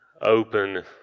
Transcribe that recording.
open